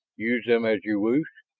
use them as you wish?